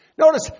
Notice